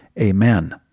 Amen